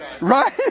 Right